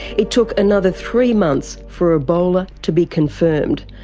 it took another three months for ebola to be confirmed,